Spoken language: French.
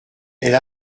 elle